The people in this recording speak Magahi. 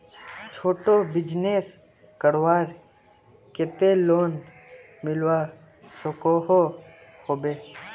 छोटो बिजनेस करवार केते लोन मिलवा सकोहो होबे?